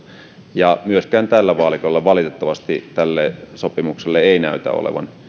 ja myöskään tällä vaalikaudella ei valitettavasti tälle sopimukselle näytä olevan